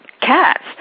Cats